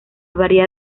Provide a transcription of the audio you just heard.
varias